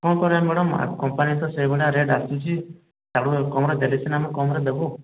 କଣ କରିବା ମ୍ୟାଡ଼ମ କମ୍ପାନୀରେ ତ ସେଇଭଳିଆ ରେଟ୍ ଆସୁଛି ଆପଣ କମ୍ ରେ ଦେଲେ ସିନା କମ୍ ରେ ଦେବୁ